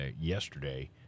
yesterday